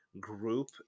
group